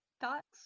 thoughts